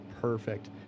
perfect